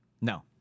No